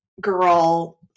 girl